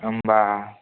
होमबा